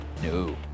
No